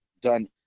done